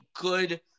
good